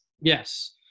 Yes